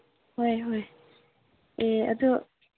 ꯍꯣꯏ ꯍꯣꯏ ꯑꯦ ꯑꯗꯨ